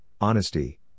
Honesty